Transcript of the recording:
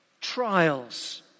trials